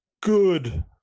good